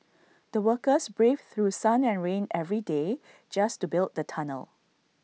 the workers braved through sun and rain every day just to build the tunnel